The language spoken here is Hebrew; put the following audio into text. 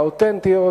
האותנטיות,